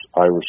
Irish